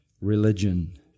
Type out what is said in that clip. religion